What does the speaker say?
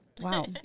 Wow